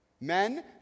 Men